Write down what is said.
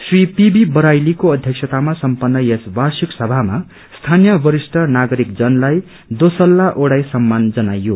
Shri PB बराइलीको अध्यक्षतामा सम्पन्न यस वार्षिक सभामा स्थानीय वरिष्ठ नागरिकजनलाई चेसल्ला ओडाई सम्मान जनाइयो